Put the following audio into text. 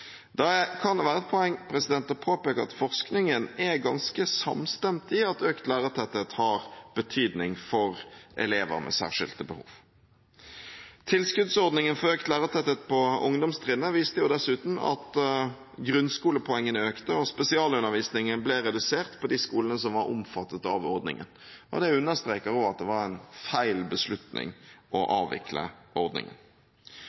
Da kan det være et poeng å påpeke at forskningen er ganske samstemt i at økt lærertetthet har betydning for elever med særskilte behov. Tilskuddsordningen for økt lærertetthet på ungdomstrinnet viste dessuten at grunnskolepoengene økte og spesialundervisningen ble redusert på de skolene som var omfattet av ordningen. Det understreker også at det var en feil beslutning å